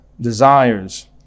desires